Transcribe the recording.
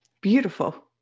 Beautiful